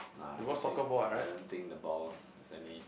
nah I don't think I don't think the ball has any